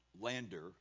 Lander